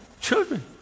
children